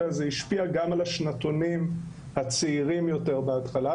אלא זה השפיע גם על השנתונים הצעירים יותר בהתחלה.